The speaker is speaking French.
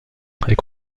est